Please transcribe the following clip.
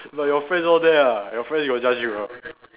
like your friends all there ah your friends got judge ah